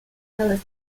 telescope